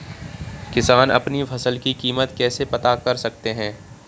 किसान अपनी फसल की कीमत कैसे पता कर सकते हैं?